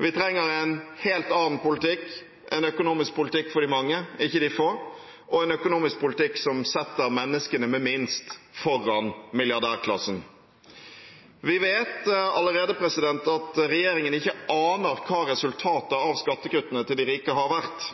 Vi trenger en helt annen politikk – en økonomisk politikk for de mange, ikke de få, og en økonomisk politikk som setter menneskene med minst foran milliardærklassen. Vi vet allerede at regjeringen ikke aner hva resultatet av skattekuttene til de rike har vært,